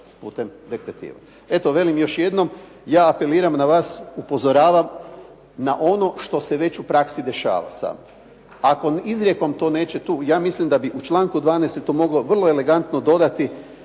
putem detektiva. Eto velim još jednom, ja apeliram na vas, upozoravam na ono što se već u praksi dešava sad. Ako izrijekom to neće tu. Ja mislim da bi u članku 12. se to moglo vrlo elegantno dodati